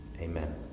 Amen